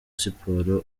siporo